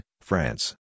France